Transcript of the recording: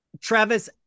Travis